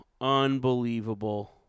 Unbelievable